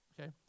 okay